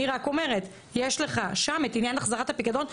אני רק אומרת יש לך שם את עניין החזרת הפיקדון,